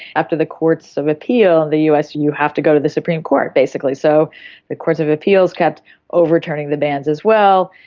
after the courts of appeal in the us you have to go to the supreme court, basically, so the courts of appeal kept overturning the bans as well.